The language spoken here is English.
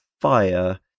fire